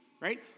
right